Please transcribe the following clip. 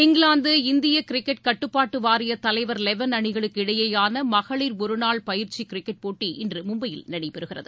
இங்கிலாந்து இந்திய கிரிக்கெட் கட்டுப்பாட்டு வாரியத் தலைவர் லெவன் அணிக்கு இடையேயான மகளிர் ஒருநாள் பயிற்சி கிரிக்கெட் போட்டி இன்று மும்பையில் நடைபெறுகிறது